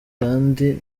gandhi